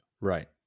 Right